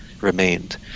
remained